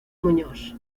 muñoz